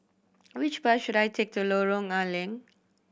which bus should I take to Lorong Are Leng